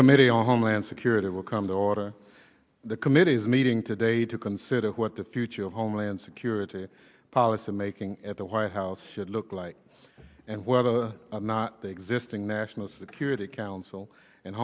committee on homeland security will come to order the committee is meeting today to consider what the future of homeland security listen making at the white house should look like and whether or not they exist in national security council and